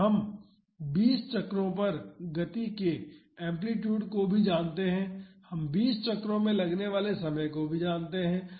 और हम 20 चक्रों पर गति के एम्पलीटूड को भी जानते हैं और हम 20 चक्रों में लगने वाले समय को भी जानते हैं